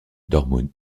dortmund